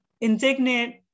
indignant